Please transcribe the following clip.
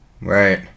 Right